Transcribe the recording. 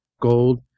gold